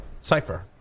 Cipher